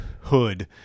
hood